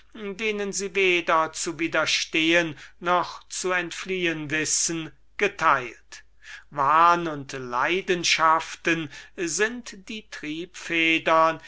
denen sie weder zu widerstehen noch zu entfliehen wissen geteilt wahn und leidenschaften sind die triebfedern